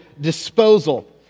disposal